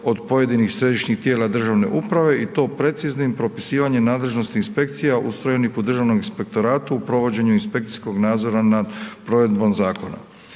o pojedinih središnjih tijela državne uprave i to preciznim propisivanjem nadležnosti inspekcija ustrojenih u Državnom inspektoratu u provođenju inspekcijskog nadzora nad provedbom zakona.